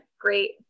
Great